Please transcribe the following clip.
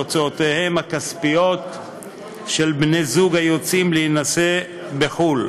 בהוצאותיהם הכספיות של בני-זוג היוצאים להינשא בחו"ל